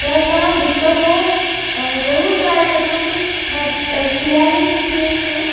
त तव्हां हिकु दफ़ो ज़रूर ट्राए कजो की थ सियारे जे ॾींहनि में